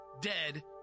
dead